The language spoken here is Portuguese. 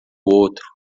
outro